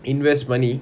invest money